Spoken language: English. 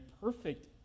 perfect